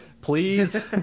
please